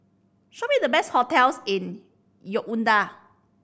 show me the best hotels in Yaounde